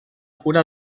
cura